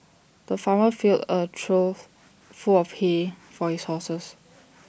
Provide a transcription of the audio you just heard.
the farmer filled A trough full of hay for his horses